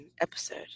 episode